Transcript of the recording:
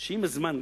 שעם הזמן,